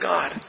God